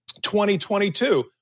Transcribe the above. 2022